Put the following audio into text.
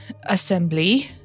assembly